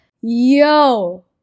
Yo